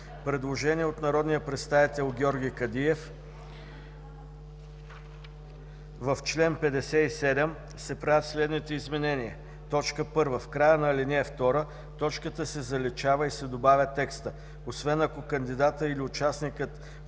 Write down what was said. Предложение от народния представител Георги Кадиев: „В чл. 57 се правят следните изменения: 1. В края на ал. 2 точката се заличава и се добавя текстът „освен ако кандидатът или участникът